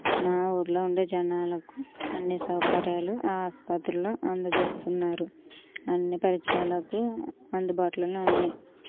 మా ఊర్లో ఉండే జనాలకు అన్ని సౌకర్యాలు ఆస్పత్రిలో అందజేస్తున్నారు అన్ని పరీక్షాలకు అందుబాటులోనే ఉన్నాయి